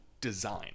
design